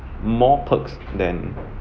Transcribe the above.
more perks than